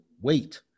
Wait